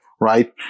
right